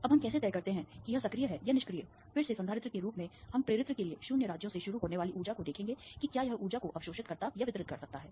अब हम कैसे तय करते हैं कि यह सक्रिय है या निष्क्रिय फिर से संधारित्र के रूप में हम प्रेरित्र के लिए 0 राज्यों से शुरू होने वाली ऊर्जा को देखेंगे कि क्या यह ऊर्जा को अवशोषित या वितरित कर सकता है